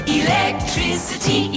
electricity